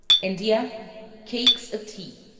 india cakes of tea.